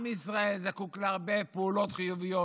עם ישראל זקוק להרבה פעולות חיוביות.